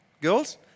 girls